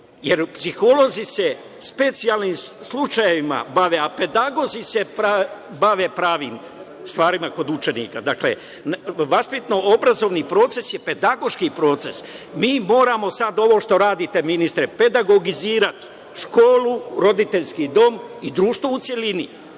jer psiholozi se specijalnim slučajevima bave, a pedagozi se bave pravim stvarima kod učenika. Dakle, vaspitno–obrazovni proces je pedagoški proces. Mi moramo, sad ovo što radite, ministre, pedagogizirati školu, roditeljski dom i društvo u celini